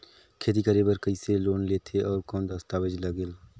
खेती करे बर कइसे लोन लेथे और कौन दस्तावेज लगेल?